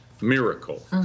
miracle